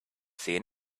seen